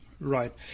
Right